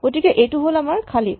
গতিকে এইটো হ'ল আমাৰ খালী